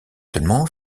seulement